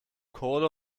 kohle